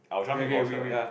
okay okay we we